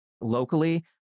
locally